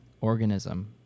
organism